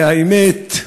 האמת,